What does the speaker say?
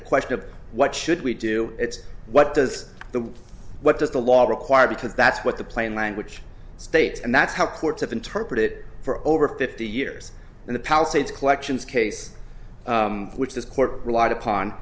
a question of what should we do it's what does the what does the law require because that's what the plain language states and that's how courts have interpret it for over fifty years in the palisades collections case which this court relied upon